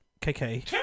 KK